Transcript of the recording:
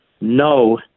no